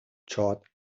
چاد